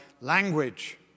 language